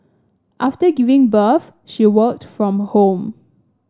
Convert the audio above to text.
after giving birth she worked from home